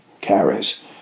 carries